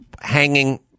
hanging